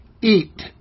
eat